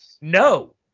no